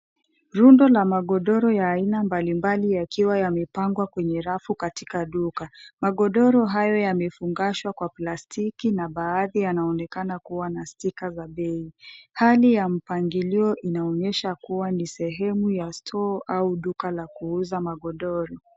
Rundo la magodoro ya aina mbalimbali yakiwa yamepangwa kwenye rafu katika duka. Magodoro hayo yamefungashwa kwa plastiki na baadhi yanaonekana kuwa na stika za bei. Hali ya mpangilio inaonyesha kuwa ni sehemu ya store au duka la kuuza magodoro.